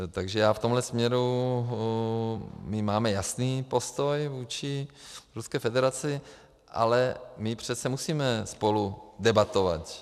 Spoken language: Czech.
Takže já v tomhle směru, my máme jasný postoj vůči Ruské federaci, ale my přece musíme spolu debatovat.